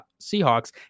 Seahawks